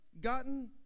gotten